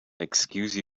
excuse